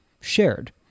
shared